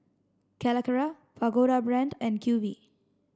Calacara Pagoda Brand and Q V